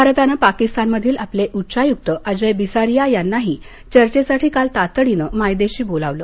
भारतानं पाकिस्तानमधील आपले उच्चायुक्त अजय बिसारीया यांनाही चर्चेसाठी काल तातडीनं मायदेशी बोलावलं